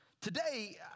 today